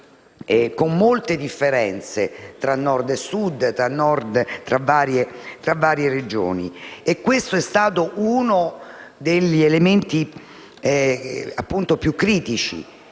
con molte differenze tra Nord e Sud a tra le varie Regioni. Questo è stato uno degli elementi più critici